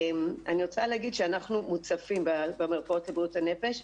אני רוצה להגיד שאנחנו מוצפים במרפאות לבריאות בנפש,